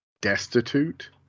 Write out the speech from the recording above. destitute